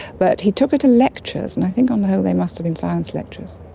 but he took her to lectures, and i think on the whole they must've been science lectures.